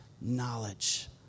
knowledge